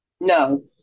No